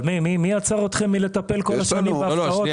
אבל מי עצר אתכם מלטפל כל השנים בהפקעות?